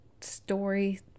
story